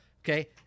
okay